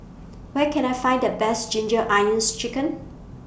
Where Can I Find The Best Ginger Onions Chicken